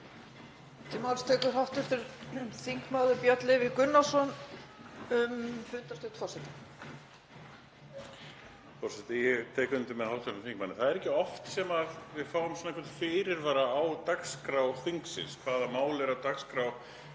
að það er ekki oft sem við fáum einhvern fyrirvara um dagskrá þingsins, hvaða mál eru á dagskrá